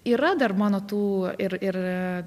yra dar mano tų ir ir